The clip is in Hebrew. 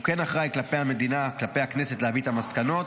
הוא כן אחראי כלפי המדינה וכלפי הכנסת להביא את המסקנות.